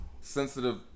sensitive